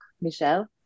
Michelle